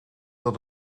dat